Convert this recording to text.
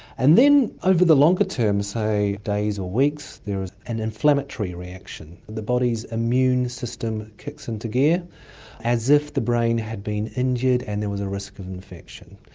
and then over the longer term, say, days or weeks, there is an inflammatory reaction, the body's immune system kicks into gear as if the brain had been injured and there was a risk of infection.